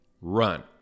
run